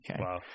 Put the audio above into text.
Wow